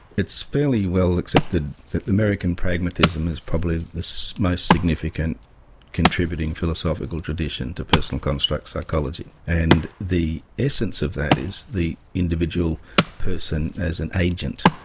it's fairly well accepted that american pragmatism is probably the so most significant contributing philosophical tradition to personal construct psychology, and the essence of that is the individual person as an agent,